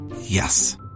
Yes